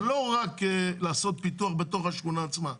זה לא רק לעשות פיתוח בתוך השכונה עצמה.